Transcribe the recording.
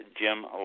Jim